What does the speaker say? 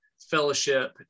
fellowship